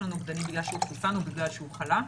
נוגדנים בגלל שהוא חוסן או בגלל שהוא חלה.